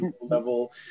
level